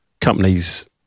companies